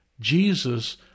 Jesus